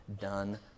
done